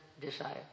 desire